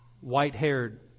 white-haired